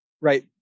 right